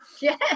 Yes